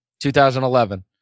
2011